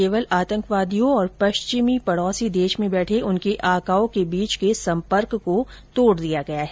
केवल आतंकवादियों और पश्चिमी पडोसी देश में बैठे उनके आकाओं के बीच के संपर्क को तोड दिया गया है